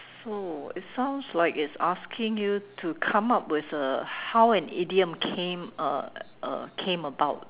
so it sounds like it's asking you to come up with uh how an idiom came uh uh came about